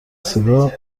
سیگار